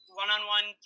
one-on-one